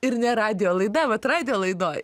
ir ne radijo laida vat radijo laidoj